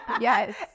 Yes